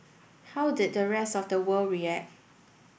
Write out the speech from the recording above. how did the rest of the world react